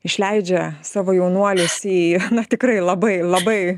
išleidžia savo jaunuolius į na tikrai labai labai